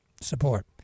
support